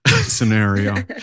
scenario